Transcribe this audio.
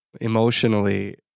emotionally